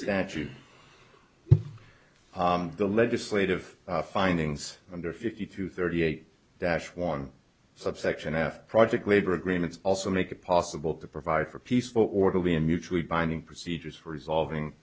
statute the legislative findings under fifty two thirty eight that one subsection f project labor agreements also make it possible to provide for peaceful orderly and mutually binding procedures for resolving